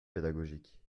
pédagogique